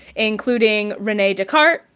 including rene descartes,